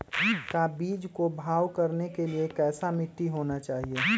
का बीज को भाव करने के लिए कैसा मिट्टी होना चाहिए?